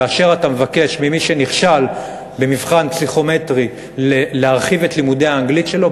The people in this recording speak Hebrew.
כאשר אתה מבקש ממי שנכשל במבחן פסיכומטרי להרחיב את לימודי האנגלית שלו,